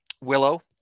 Willow